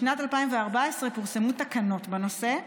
בשנת 2014 פורסמו תקנות בנושא,